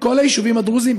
בכל היישובים הדרוזיים,